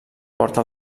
porta